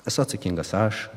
esu atsakingas aš